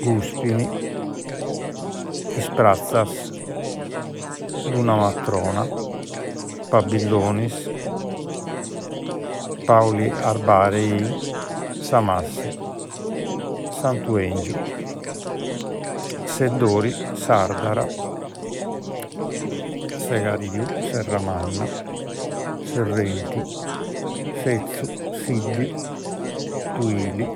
Guspini Is Pratzas Lunamatrona Pabillonis Pauli Arbarei Samassi Santu 'Èngiu Seddori Sardara Segariu Serramanna Serrenti Setzu Siddi Tuili